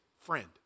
friend